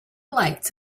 lights